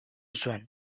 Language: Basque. zuen